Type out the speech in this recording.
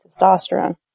testosterone